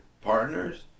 partners